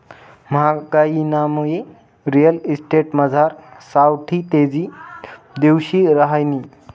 म्हागाईनामुये रिअल इस्टेटमझार सावठी तेजी दिवशी रहायनी